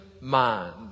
mind